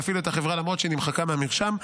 להפעיל את החברה למרות שהיא נמחקה מהמרשם.